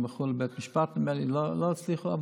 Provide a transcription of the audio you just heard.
הם הלכו לבית המשפט, נדמה לי, ולא הצליחו.